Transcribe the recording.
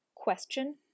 Question